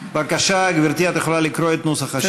בבקשה, גברתי, את יכולה לקרוא את נוסח השאילתה.